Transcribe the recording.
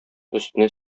өстенә